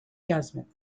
judgement